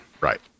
Right